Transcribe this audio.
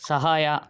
ಸಹಾಯ